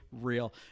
real